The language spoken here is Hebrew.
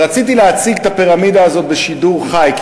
ורציתי להציג את הפירמידה הזאת בשידור חי,